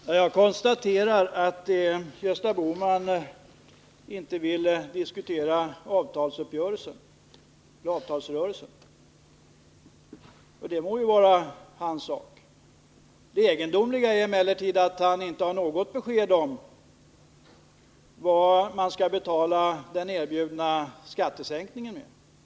Herr talman! Jag konstaterar att Gösta Bohman inte vill diskutera avtalsrörelsen. Det må vara hans sak, men det är egendomligt att han inte har något besked att ge om vad regeringen skall betala den erbjudna skattesänkningen med.